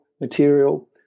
material